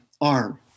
arm